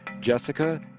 Jessica